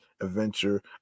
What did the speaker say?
adventure